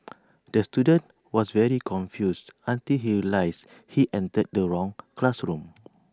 the student was very confused until he realised he entered the wrong classroom